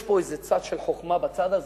יש פה איזה צד של חוכמה בצד הזה,